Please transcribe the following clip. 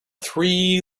three